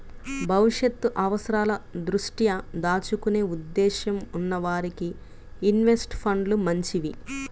భవిష్యత్తు అవసరాల దృష్ట్యా దాచుకునే ఉద్దేశ్యం ఉన్న వారికి ఇన్వెస్ట్ ఫండ్లు మంచివి